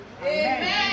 Amen